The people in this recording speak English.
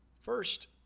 First